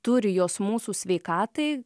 turi jos mūsų sveikatai